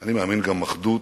אני מאמין, גם אחדות.